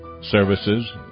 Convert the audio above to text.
services